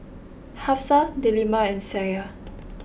Hafsa Delima and Syah